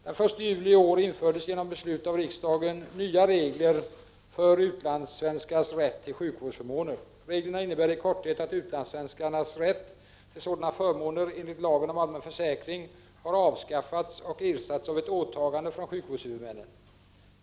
Den 1 juli i år infördes genom beslut av riksdagen nya regler för utlandssvenskars rätt till sjukvårdsförmåner. Reglerna innebär i korthet att utlandssvenskarnas rätt till sådana förmåner enligt lagen om allmän försäkring har avskaffats och ersatts av ett åtagande från sjukvårdshuvudmännen.